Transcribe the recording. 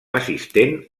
assistent